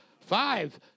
Five